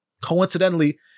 coincidentally